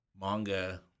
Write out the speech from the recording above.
manga